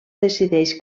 decideix